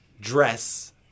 Dress